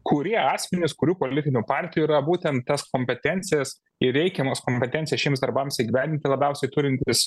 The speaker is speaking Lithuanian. kurie asmenys kurių politinių partijų yra būtent tas kompetencijas ir reikiamas kompetencijas šiems darbams įgyvendinti labiausiai turintys